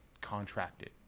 contracted